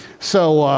so